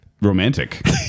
romantic